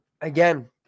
again